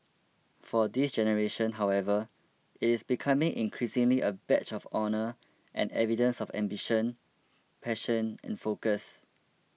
for this generation however it is becoming increasingly a badge of honour and evidence of ambition passion and focus